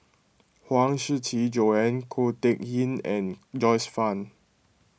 Huang Shiqi Joan Ko Teck Kin and Joyce Fan